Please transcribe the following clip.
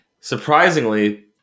Surprisingly